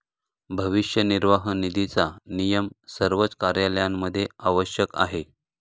भविष्य निर्वाह निधीचा नियम सर्वच कार्यालयांमध्ये आवश्यक आहे